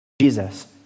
Jesus